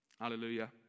Hallelujah